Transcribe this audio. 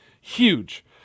huge